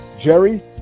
Jerry